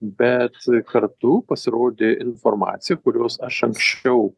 bet kartu pasirodė informacija kurios aš anksčiau